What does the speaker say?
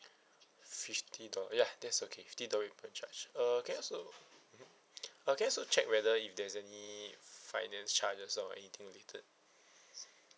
fifty do~ ya that's okay fifty dollar you will charge uh can I also uh can I also check whether if there's any finance charges or anything related